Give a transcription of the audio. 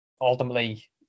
ultimately